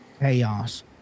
Chaos